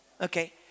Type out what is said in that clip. okay